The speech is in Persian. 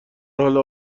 حال